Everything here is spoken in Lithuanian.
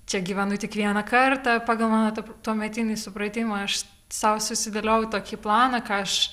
čia gyvenu tik vieną kartą pagal mano tą tuometinį supratimą aš sau susidėliojau tokį planą ką aš